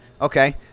Okay